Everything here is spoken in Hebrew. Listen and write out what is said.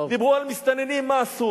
דיברו על מסתננים, מה עשו?